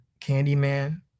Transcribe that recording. Candyman